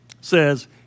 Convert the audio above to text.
says